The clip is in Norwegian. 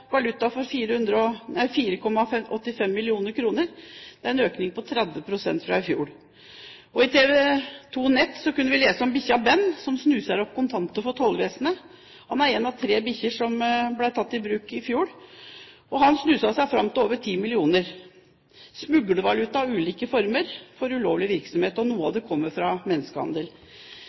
valuta for 4,85 mill. kr. Det er en økning på 30 pst. fra i fjor. På tv2.no kunne vi lese om bikkja Ben, som snuser opp kontanter for Tollvesenet. Han er en av tre bikkjer som ble tatt i bruk i fjor, og han snuste seg fram til over 10 mill. kr i smuglervaluta fra ulike former for ulovlig virksomhet, og noe av det kom fra menneskehandel.